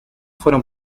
fueron